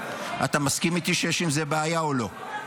אתה מסכים איתי שיש עם זה בעיה או לא?